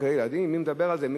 חוגי ילדים, מי מדבר על זה?